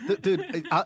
Dude